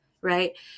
right